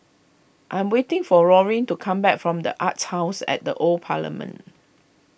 I am waiting for Rollin to come back from the Arts House at the Old Parliament